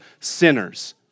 sinners